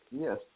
Yes